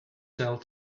sell